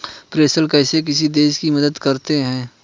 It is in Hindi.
प्रेषण कैसे किसी देश की मदद करते हैं?